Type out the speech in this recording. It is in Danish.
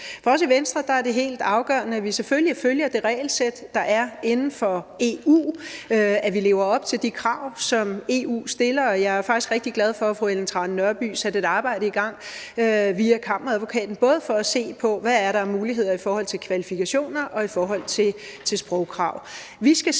For os i Venstre er det helt afgørende, at vi selvfølgelig følger det regelsæt, der er inden for EU, at vi lever op til de krav, som EU stiller. Og jeg er faktisk rigtig glad for, at fru Ellen Trane Nørby satte et arbejde i gang via kammeradvokaten, både for at se på, hvad der er af muligheder i forhold til kvalifikationer og i forhold til sprogkrav.